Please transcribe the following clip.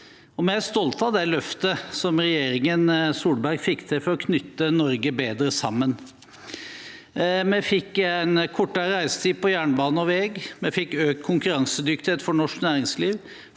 Vi er stolte av det løftet som regjeringen Solberg fikk til for å knytte Norge bedre sammen. Vi fikk kortere reisetid på jernbane og vei, vi fikk økt konkurransedyktighet for norsk næringsliv,